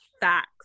facts